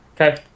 Okay